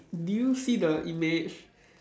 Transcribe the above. do you see the image